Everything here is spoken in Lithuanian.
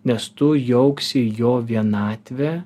nes tu jauksi jo vienatvę